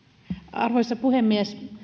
arvoisa puhemies